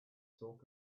talk